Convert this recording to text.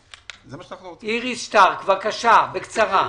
איריס שטרק, בבקשה, בקצרה.